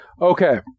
Okay